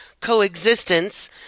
coexistence